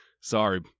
Sorry